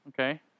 Okay